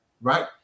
right